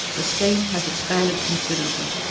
the scheme has expanded considerably.